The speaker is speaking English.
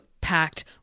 packed